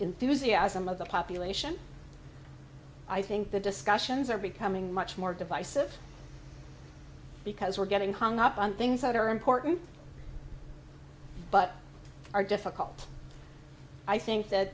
enthusiasm of the population i think the discussions are becoming much more divisive because we're getting hung up on things that are important but are difficult i think that